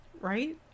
Right